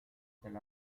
del